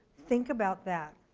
think about that.